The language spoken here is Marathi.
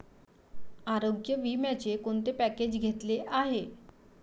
आरोग्य विम्याचे कोणते पॅकेज घेतले आहे?